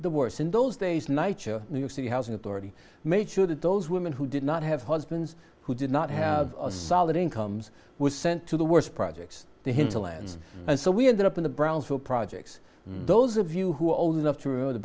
the worse in those days nights her new city housing authority made sure that those women who did not have husbands who did not have solid incomes were sent to the worst projects the hinterlands and so we ended up in the brownsville projects those of you who are old enough to ruin the